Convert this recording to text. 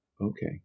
okay